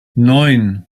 neun